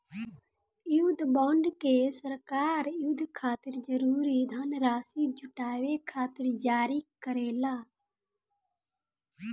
युद्ध बॉन्ड के सरकार युद्ध खातिर जरूरी धनराशि जुटावे खातिर जारी करेला